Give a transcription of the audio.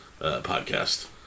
podcast